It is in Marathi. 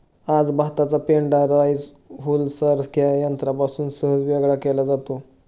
आज भाताचा पेंढा राईस हुलरसारख्या यंत्रापासून सहज वेगळा केला जातो